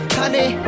honey